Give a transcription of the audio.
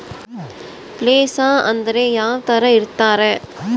Place ಅಂದ್ರೆ ಯಾವ್ತರ ಇರ್ತಾರೆ?